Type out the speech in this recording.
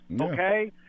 Okay